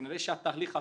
כנראה שהתהליך עצמו,